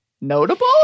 Notable